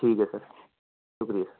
ٹھیک ہے سر شکریہ